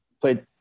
played